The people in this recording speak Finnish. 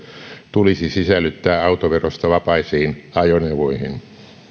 tulisi sisällyttää autoverosta vapaisiin ajoneuvoihin